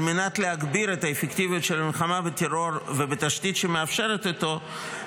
על מנת להגביר את האפקטיביות של המלחמה בטרור ובתשתית שמאפשרת אותו,